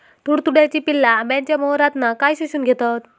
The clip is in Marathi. तुडतुड्याची पिल्ला आंब्याच्या मोहरातना काय शोशून घेतत?